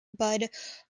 bud